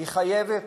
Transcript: היא חייבת,